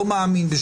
אולי זאת השאלה.